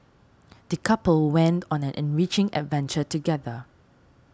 the couple went on an enriching adventure together